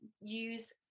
use